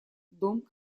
дом